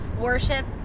worship